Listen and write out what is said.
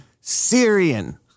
Syrian